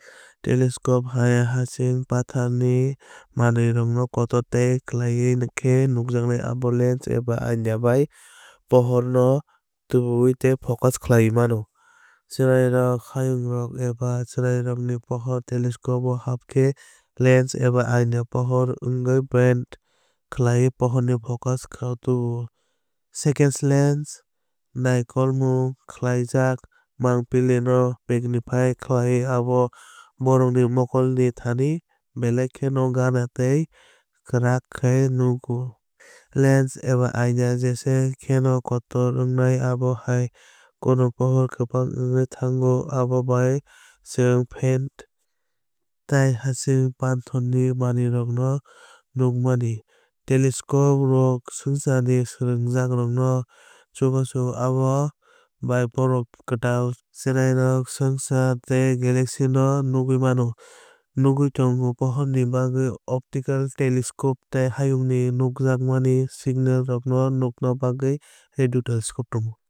Telescope bai hasing panthorni manwirokno kotor tei klai khe nukjaknai abo lens eba aina bai pohorno tubuwui tei focus khlaiwi mano. Chwrairok hayungrok eba chwrairokni pohor telescope o hap khe lens eba aina pohorno bend khlaiwi pohorno focus o tubuo. Second lens naikolmung khlaijak mangpilino magnify khlaio abo borokni mokolni thani belai kheno gana tei kwrak khe nukjago. Lens eba aina jesa kheno kotor wngnai abo hai kheno pohor kwbang wngwi thango abo bai chwng faint tei hasing panthor ni manwirokno nukwi mano. Telescope rok swngcharni swrwngnairokno chubao abo bai bohrok kwtal chwrairok swngchar tei galaxyrokno nugwi mano. Nugwi tongnai pohorni bagwi optical telescope tei hayungni nukjakya signalrokno nukna bagwi radio telescope tongo.